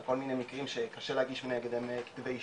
על כל מיני מקרים שקשה להגיש נגדם כתבי אישום.